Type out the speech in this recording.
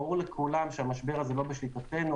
ברור לכולם שהמשבר הזה לא בשליטתנו.